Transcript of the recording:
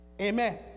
Amen